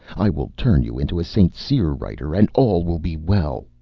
i will turn you into a st. cyr writer, and all will be well.